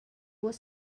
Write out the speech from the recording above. was